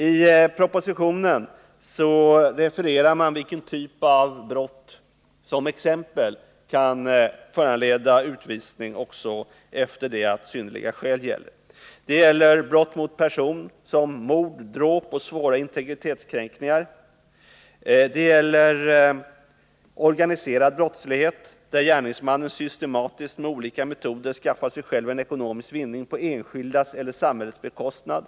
I propositionen definierar man vilken typ av brott som kan föranleda utvisning även efter den tid då krav på synnerliga skäl gäller. Det gäller brott mot person, som mord, dråp och svåra integritetskränkningar. Det gäller organiserad brottslighet, där gärningsmannen systematiskt med olika metoder skaffar sig själv ekonomisk vinning på enskildas eller samhällets bekostnad.